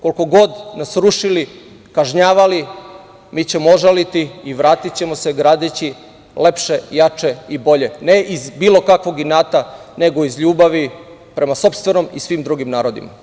Koliko god nas rušili, kažnjavali, mi ćemo ožaliti i vratićemo se gradeći lepše, jače i bolje, ne iz bilo kakvog inata, nego iz ljubavi prema sopstvenom i svim drugim narodima“